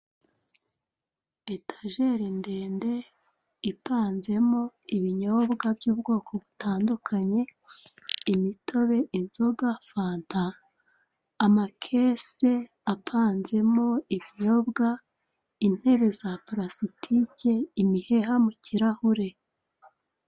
Etajeri ndende ipanzemo ibinyobwa by'ubwoko butandukanye: imitobe, inzoga, fanta. Amakesi apanzemo ibinyobwa, intebe za purasitike imiheha mu kirahure.